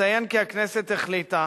אציין כי הכנסת החליטה,